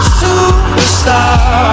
superstar